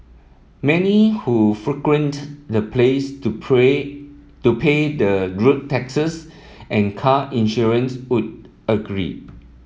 many who the place to pray to pay their rude taxes and car insurance would agree